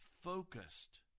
focused